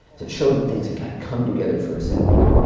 it showed that things had kind of come together for a set of people.